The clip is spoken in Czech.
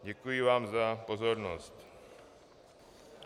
Děkuji vám za pozornost.